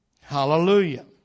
Hallelujah